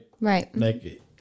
Right